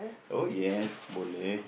oh yes boleh>